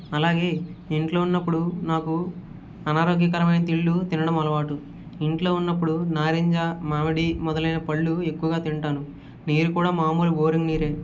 అలాగే ఇంట్లో ఉన్నప్పుడు నాకు అనారోగ్యకరమైన తిండ్లు తినడం అలవాటు ఇంట్లో ఉన్నప్పుడు నారింజ మామిడి మొదలైన పండ్లు ఎక్కువగా తింటాను నీరు కూడా మామూలు బోరు నీళ్ళే